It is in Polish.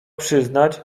przyznać